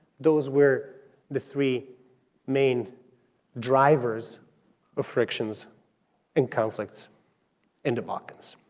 those were the three main drivers of frictions and conflicts in the balkans.